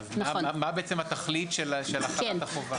אז מה בעצם התכלית של החלת החובה?